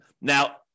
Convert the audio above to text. Now